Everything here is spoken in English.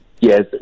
yes